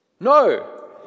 No